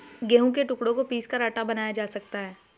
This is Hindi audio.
गेहूं के टुकड़ों को पीसकर आटा बनाया जा सकता है